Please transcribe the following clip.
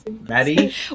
Maddie